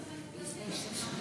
תעשו קצת סדר בעניין,